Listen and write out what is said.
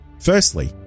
Firstly